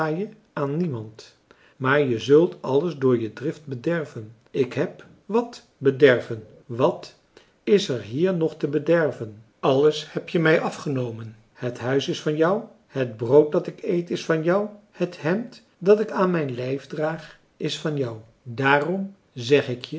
aan niemand maar je zult alles door je drift bederven ik heb wat bederven wat is er hier nog te bederven alles heb je mij afgenomen het huis is van jou het brood dat ik eet is van jou het hemd dat ik aan mijn lijf draag is van jou daarom zeg ik